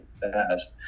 fast